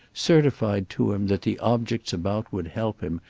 certified to him that the objects about would help him,